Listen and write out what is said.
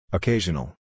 Occasional